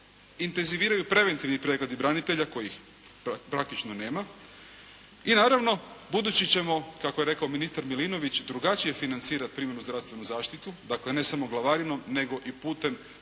intenziviraju preventivni pregledi branitelja kojih praktično nema i naravno budući ćemo kako je rekao ministar Milinović drugačije financirati primarnu zdravstvenu zaštitu, dakle ne samo glavarinom, nego i putem posebnih